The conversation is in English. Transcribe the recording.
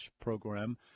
program